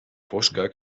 fosca